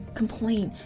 complain